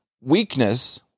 weakness